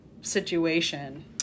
situation